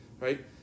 right